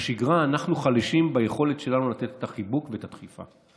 בשגרה אנחנו חלשים ביכולת שלנו לתת את החיבוק ואת הדחיפה.